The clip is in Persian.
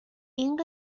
این